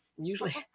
usually